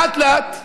לאט-לאט,